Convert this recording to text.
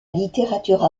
littérature